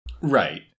right